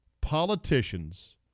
politicians